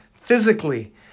physically